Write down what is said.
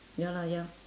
ya lah ya